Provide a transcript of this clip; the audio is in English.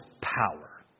power